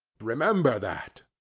remember that,